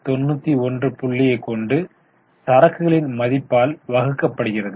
91 புள்ளியை கொண்டு சரக்குகளின் மதிப்பால் வகுக்கப்படுகிறது